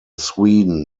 sweden